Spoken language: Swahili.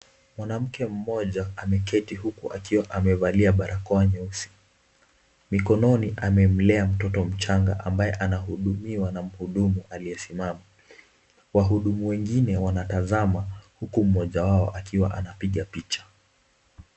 Mwanamke mmoja ameketi huku akiwa amevalia barakoa nyeusi. Mikononi amemlea mtoto mchanga ambaye anahudumiwa na mhudumu aliyesimama. Wahudumu wengine wanatazama huku mmoja wao akiwa anapiga picha.